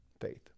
faith